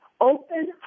open